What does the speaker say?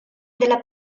della